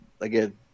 again